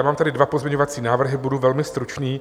Mám tady dva pozměňovací návrhy, budu velmi stručný.